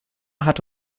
hat